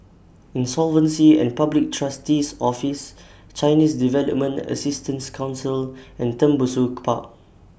Insolvency and Public Trustee's Office Chinese Development Assistance Council and Tembusu Park